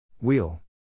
Wheel